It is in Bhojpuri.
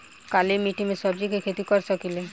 काली मिट्टी में सब्जी के खेती कर सकिले?